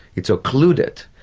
it's occluded,